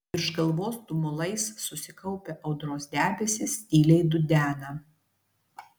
virš galvos tumulais susikaupę audros debesys tyliai dudena